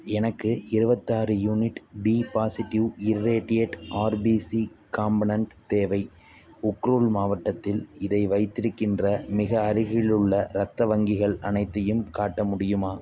எனக்கு இருவத்தாறு unit B positive irradiated RBC component தேவை உக்ருல் மாவட்டத்தில் இதை வைத்திருக்கின்ற மிக அருகிலுள்ள இரத்த வங்கிகள் அனைத்தையும் காட்ட முடியுமா